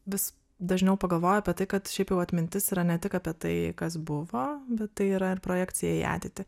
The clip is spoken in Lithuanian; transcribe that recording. vis dažniau pagalvoju apie tai kad šiaip jau atmintis yra ne tik apie tai kas buvo bet tai yra ir projekcija į ateitį